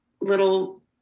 little